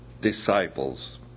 disciples